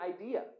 idea